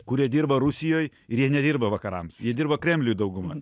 kurie dirba rusijoj ir jie nedirba vakarams ji dirba kremliui dauguma